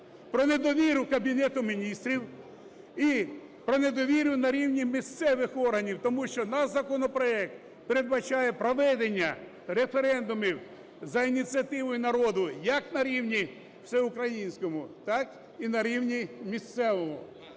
про недовіру Кабінету Міністрів і про недовіру на рівні місцевих органів. Тому що наш законопроект передбачає проведення референдумів за ініціативою народу як на рівні всеукраїнському, так і на рівні місцевому.